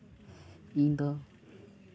ᱤᱧᱫᱚ